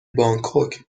بانکوک